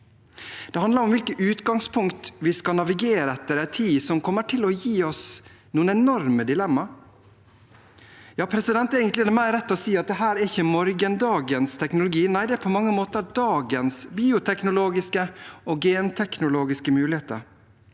Det handler om hvilket utgangspunkt vi skal navigere etter i en tid som kommer til å gi oss noen enorme dilemma. Egentlig er det mer rett å si at dette ikke er morgendagens teknologi, det er på mange måter dagens bioteknologiske og genteknologiske muligheter.